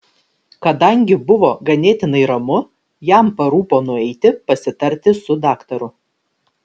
kadangi buvo ganėtinai ramu jam parūpo nueiti pasitarti su daktaru